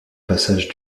passage